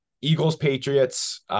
Eagles-Patriots